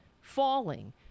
falling